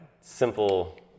simple